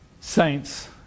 saints